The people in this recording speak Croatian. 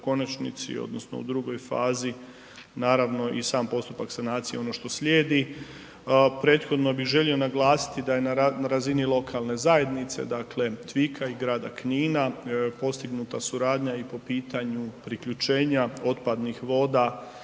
odnosno u drugoj fazi naravno i sam postupak sanacije ono što slijedi. Prethodno bi želio naglasiti da je na razini lokalne zajednice, dakle TVIK-a i grada Knina postignuta suradnja i po pitanju priključenja otpadnih voda